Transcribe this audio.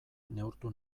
neurtu